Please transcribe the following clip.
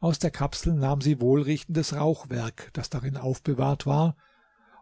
aus der kapsel nahm sie wohlriechendes rauchwerk das darin aufbewahrt war